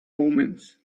omens